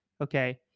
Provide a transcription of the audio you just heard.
Okay